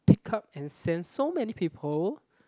pick up and send so many people